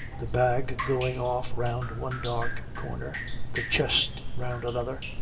the bag going off round one dark corner the chest round another.